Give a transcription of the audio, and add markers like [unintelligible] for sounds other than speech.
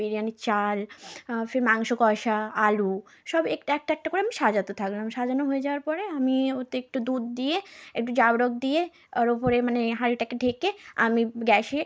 বিরিয়ানির চাল ফের মাংস কষা আলু সব এক একটা একটা করে আমি সাজাতে থাকলাম সাজানো হয়ে যাওয়ার পরে আমি ওতে একটু দুধ দিয়ে একটু [unintelligible] দিয়ে ওর ওপরে মানে হাঁড়িটাকে ঢেকে আমি গ্যাসে